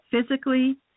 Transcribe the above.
physically